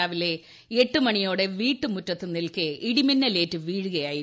രാവിലെ എട്ടുമണിയോടെ വീട്ടുമുറ്റത്തു നിൽക്കെ ഇടിമിന്നലേറ്റ് വീഴുകയായിരുന്നു